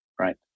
right